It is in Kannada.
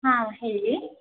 ಹಾಂ ಹೇಳಿ